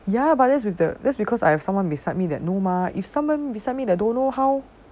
ya but that is with the that's because I have someone beside me that know mah if someone beside me that don't know how